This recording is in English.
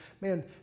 man